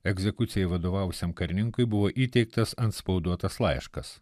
egzekucijai vadovavusiam karininkui buvo įteiktas antspauduotas laiškas